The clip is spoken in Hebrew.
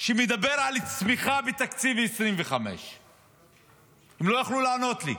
שמדבר על צמיחה בתקציב 2025. הם לא יכלו לענות לי,